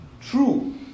true